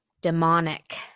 demonic